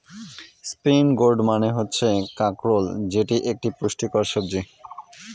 spiny gourd মানে হচ্ছে কাঁকরোল যেটি একটি পুষ্টিকর সবজি